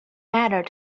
mattered